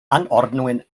anordnungen